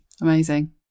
amazing